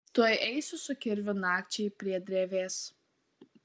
tuoj eisiu su kirviu nakčiai prie drevės